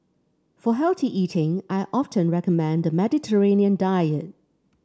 for healthy eating I often recommend the Mediterranean diet